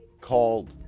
called